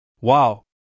Wow